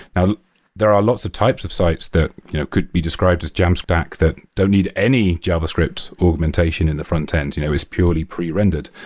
there are a lots of types of sites that could be described as jamstack that don't need any javascript augmentation in the frontend. you know it's purely pre-rendered,